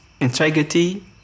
integrity